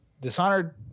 dishonored